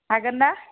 हागोन ना